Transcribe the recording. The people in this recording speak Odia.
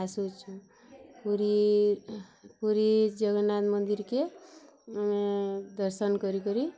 ଆସୁଛୁଁ ପୁରୀ ପୁରୀ ଜଗନ୍ନାଥ ମନ୍ଦିର୍ କେ ଆମେ ଦର୍ଶନ କରି କରି